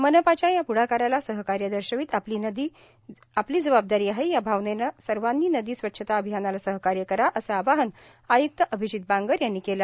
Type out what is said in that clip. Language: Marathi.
मनपाच्या या प्ढाकाराला सहकार्य दर्शवित आपली नदी आपली जबाबदारी आहे या भावनेने सर्वांनी नदी स्वच्छता अभियानाला सहकार्य करा असे आवाहन आय्क्त अभिजीत बांगर यांनी केले